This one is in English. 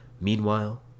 Meanwhile